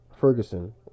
Ferguson